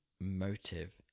motive